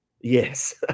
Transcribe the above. Yes